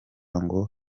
ngo